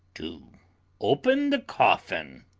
to open the coffin.